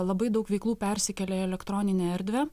labai daug veiklų persikelia į elektroninę erdvę